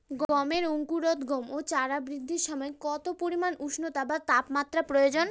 গমের অঙ্কুরোদগম ও চারা বৃদ্ধির সময় কত পরিমান উষ্ণতা বা তাপমাত্রা প্রয়োজন?